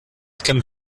can